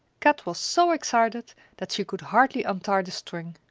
kat was so excited that she could hardly untie the string.